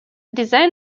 design